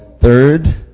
third